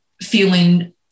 feeling